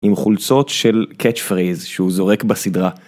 עם חולצות של קאצ' פרייז שהוא זורק בסדרה.